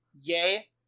Yay